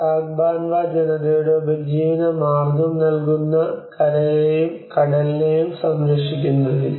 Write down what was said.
Tagbanwa ജനതയുടെ ഉപജീവനമാർഗ്ഗം നൽകുന്ന കരയെയും കടലിനെയും സംരക്ഷിക്കുന്നതിൽ